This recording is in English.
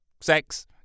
sex